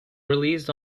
released